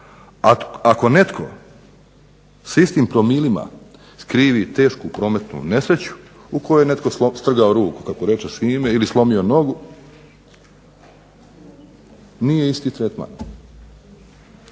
ako netko s istim promilima skrivi tešku prometnu nesreću u kojoj je netko strgao ruku kako reče Šime ili slomio nogu nije isti tretman,